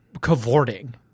cavorting